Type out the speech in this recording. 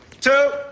two